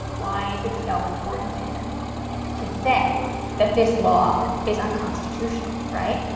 why is it so important to him to say that this law is unconstitutional? right,